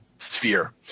Sphere